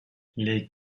les